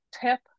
tip